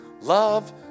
love